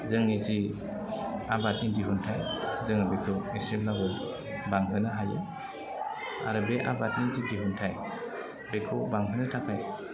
जोंनि जि आबादनि दिहुनथाय जोङो बेखौ इसेब्लाबो बांहोनो हायो आरो बे आबादनि जि दिहुनथाय बेखौ बांहोनो थाखाय